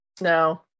No